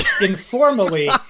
informally